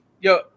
Yo